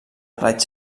raigs